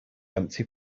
empty